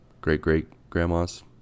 Great-great-grandmas